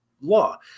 law